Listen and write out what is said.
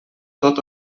tot